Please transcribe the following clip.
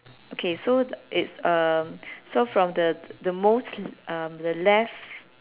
okay so it's um so from the the most um the left